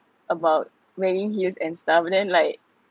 about wearing heels and stuff then like